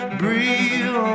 breathe